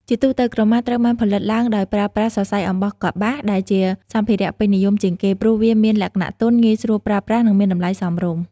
ជាទូទៅ ក្រមាត្រូវបានផលិតឡើងដោយប្រើប្រាស់ សរសៃអំបោះកប្បាស ដែលជាសម្ភារៈពេញនិយមជាងគេ ព្រោះវាមានលក្ខណៈទន់ ងាយស្រួលប្រើប្រាស់ និងមានតម្លៃសមរម្យ។